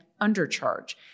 undercharge